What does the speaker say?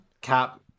cap